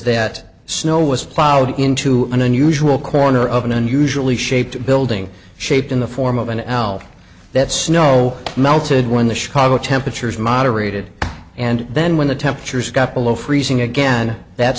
that snow was plowed into an unusual corner of an unusually shaped building shaped in the form of an elf that snow melted when the chicago temperatures moderated and then when the temperatures got below freezing again that